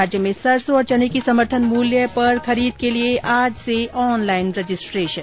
प्रदेश में सरसों और चने की समर्थन मूल्य पर खरीद के लिए आज से ऑनलाइन रजिस्ट्रेशन